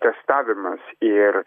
testavimas ir